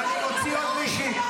אותך לסדר פעם שלישית.